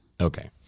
Okay